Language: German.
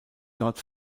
dort